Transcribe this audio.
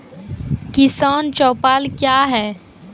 किसान चौपाल क्या हैं?